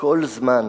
כל זמן